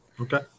Okay